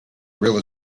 real